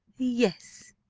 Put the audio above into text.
yes,